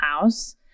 house